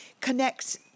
connects